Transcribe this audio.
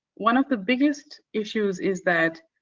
one of the biggest issues is that